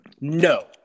No